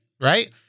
right